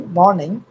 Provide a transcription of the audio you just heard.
morning